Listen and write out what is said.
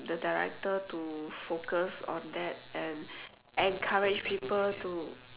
the director to focus on that and encourage people to